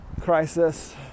crisis